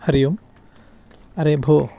हरिः ओम् अरे भो